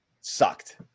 sucked